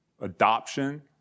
Adoption